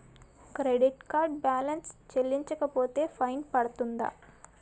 Credit card balance చెల్లించకపోతే fine పడ్తుంద?